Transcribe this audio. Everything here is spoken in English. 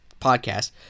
podcast